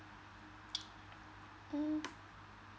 mm